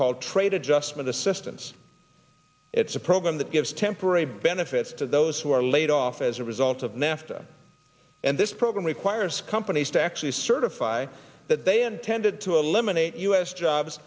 trade adjustment assistance it's a program that gives temporary benefits to those who are laid off as a result of nafta and this program requires companies to actually certify that they intended to eliminate u s jobs